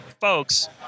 folks